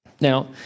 Now